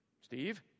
Steve